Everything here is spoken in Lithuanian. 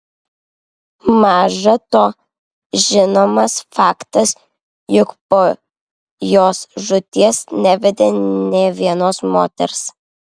maža to žinomas faktas jog po jos žūties nevedė nė vienos moters